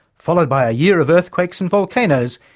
followed by a year of earthquakes and volcanoes,